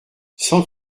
cent